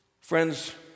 Friends